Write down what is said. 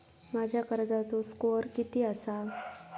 माझ्या कर्जाचो स्कोअर किती आसा?